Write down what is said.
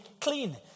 clean